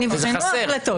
לא שכחנו.